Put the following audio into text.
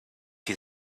his